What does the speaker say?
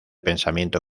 pensamiento